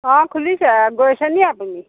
অঁ খুলিছে গৈছে নি আপুনি